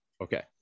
Okay